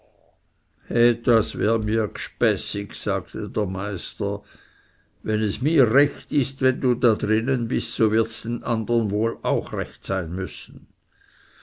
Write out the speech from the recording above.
das wäre mir gspässig sagte der meister wenn es mir recht ist wenn du da drinnen bist so wirds den andern wohl auch recht sein müssen